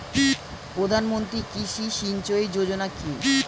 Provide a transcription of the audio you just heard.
প্রধানমন্ত্রী কৃষি সিঞ্চয়ী যোজনা কি?